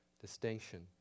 distinction